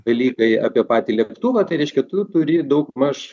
dalykai apie patį lėktuvą tai reiškia tu turi daugmaž